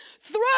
throw